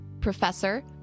Professor